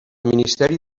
ministeri